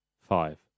Five